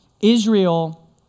Israel